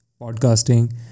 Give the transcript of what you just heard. podcasting